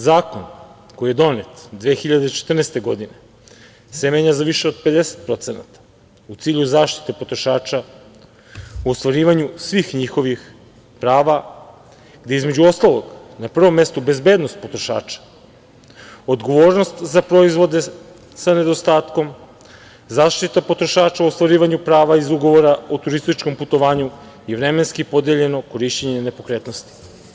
Zakon koji je donet 2014. godine se menja za više od 50% u cilju zaštite potrošača, u ostvarivanju svih njihovih prava, gde je između ostalog na prvom mestu bezbednost potrošača, odgovornost za proizvode sa nedostatkom, zaštita potrošača u ostvarivanju prava iz ugovora o turističkom putovanju i vremensko podeljeno korišćenje nepokretnosti.